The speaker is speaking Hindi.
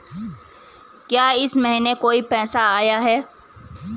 क्या इस महीने कोई पैसा आया है?